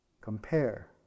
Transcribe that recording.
compare